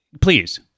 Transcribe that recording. please